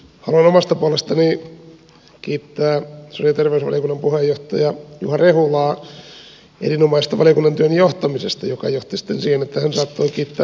haluan omasta puolestani kiittää sosiaali ja terveysvaliokunnan puheenjohtaja juha rehulaa erinomaisesta valiokunnan työn johtamisesta joka johti sitten siihen että hän saattoi kiittää koko valiokuntaa